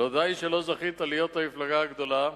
לא די שלא זכית להיות המפלגה הגדולה,